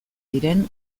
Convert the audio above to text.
diren